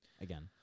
Again